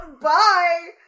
Bye